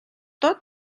tot